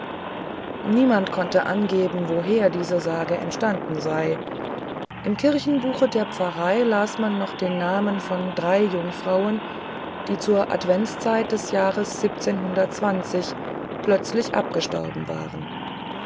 niemand konnte angeben woher diese sage entstanden sei im kirchenbuche der pfarrei las man noch die namen von drei jungfrauen die zur adventszeit des jahres plötzlich abgestorben waren